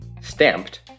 stamped